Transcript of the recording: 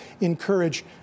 encourage